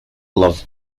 love